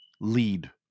lead